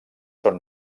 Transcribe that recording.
són